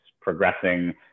progressing